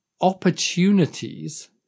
opportunities